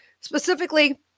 specifically